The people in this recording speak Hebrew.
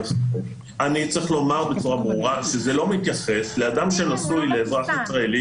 אני צריך לומר בצורה ברורה שזה לא מתייחס לאדם שנשוי לאזרח ישראלי,